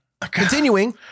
Continuing